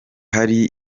hari